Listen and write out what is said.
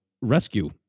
rescue